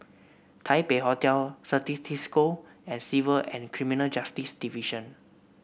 Taipei Hotel Certis Cisco and Civil and Criminal Justice Division